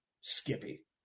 Skippy